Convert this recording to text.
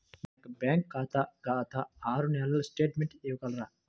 నా యొక్క బ్యాంక్ ఖాతా గత ఆరు నెలల స్టేట్మెంట్ ఇవ్వగలరా?